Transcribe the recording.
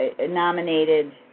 nominated